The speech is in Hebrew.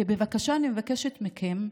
ובבקשה, אני מבקשת מכם,